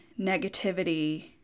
negativity